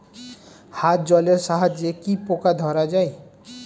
হাত জলের সাহায্যে কি পোকা ধরা যায়?